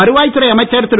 வருவாய் துறை அமைச்சர் திரு